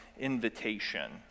invitation